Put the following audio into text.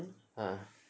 ah